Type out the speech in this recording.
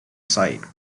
site